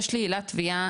יש לי עילת תביעה,